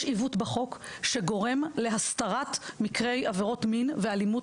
יש עיוות בחוק שגורם להסתרת מקרי עבירות מין ואלימות